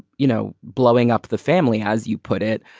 you know, blowing up the family, as you put it,